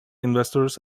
investors